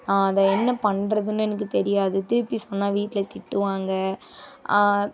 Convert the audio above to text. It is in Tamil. நான் அதை என்ன பண்ணுறதுனு எனக்கு தெரியாது திருப்பி சொன்னால் வீட்டில் திட்டுவாங்க